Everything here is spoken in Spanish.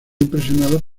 impresionados